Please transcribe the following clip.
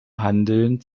handeln